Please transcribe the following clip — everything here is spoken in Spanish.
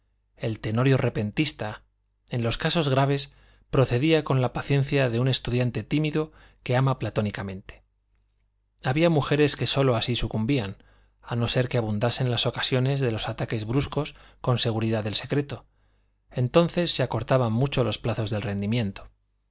el tenorio repentista en los casos graves procedía con la paciencia de un estudiante tímido que ama platónicamente había mujeres que sólo así sucumbían a no ser que abundasen las ocasiones de los ataques bruscos con seguridad del secreto entonces se acortaban mucho los plazos del rendimiento